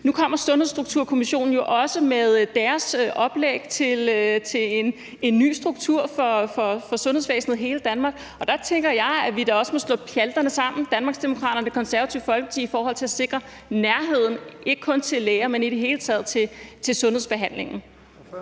Nu kommer Sundhedsstrukturkommissionen jo også med deres oplæg til en ny struktur for sundhedsvæsenet i hele Danmark, og der tænker jeg, at vi da også må slå pjalterne sammen i Danmarksdemokraterne og Det Konservative Folkeparti i forhold til at sikre nærheden til ikke kun læger, men i det hele taget til sundhedsbehandlingen. Kl.